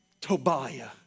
Tobiah